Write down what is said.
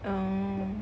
oh